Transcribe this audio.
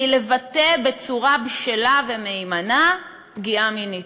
לבטא בצורה בשלה ומהימנה פגיעה מינית?